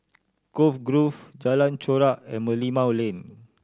Cove Grove Jalan Chorak and Merlimau Lane